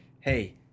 hey